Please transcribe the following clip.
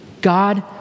God